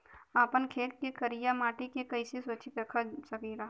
आपन खेत के करियाई माटी के कइसे सुरक्षित रख सकी ला?